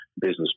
business